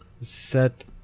set